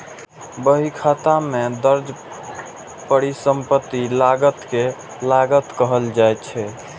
बहीखाता मे दर्ज परिसंपत्ति लागत कें लागत कहल जाइ छै